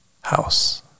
house